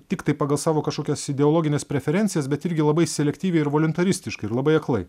tiktai pagal savo kažkokias ideologines preferencijas bet irgi labai selektyviai ir voliuntaristiškai ir labai aklai